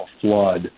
flood